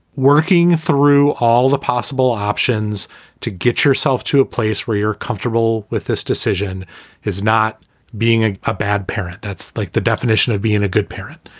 working through all the possible options to get yourself to a place where you're comfortable with this decision is not being ah a bad parent. that's like the definition of being a good parent.